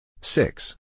Six